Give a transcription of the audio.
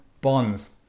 bonds